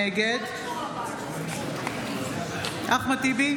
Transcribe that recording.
נגד אחמד טיבי,